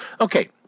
Okay